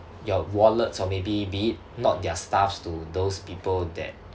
your wallets or maybe be it not their stuffs to those people that